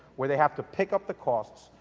where they have to pick up the costs,